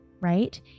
right